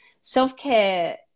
Self-care